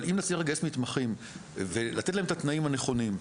אבל אם נצליח לגייס מתמחים ולתת להם את התנאים הנכונים,